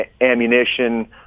ammunition